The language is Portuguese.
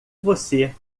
você